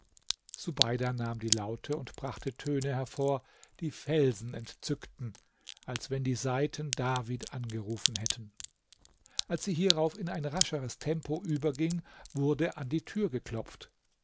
subeida nahm die laute und brachte töne hervor die felsen entzückten als wenn die saiten david angerufen hätten als sie hierauf in ein rascheres tempo überging wurde an die tür geklopft